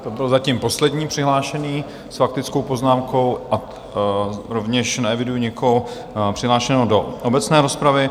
To byl zatím poslední přihlášený s faktickou poznámkou a rovněž neeviduji nikoho přihlášeného do obecné rozpravy.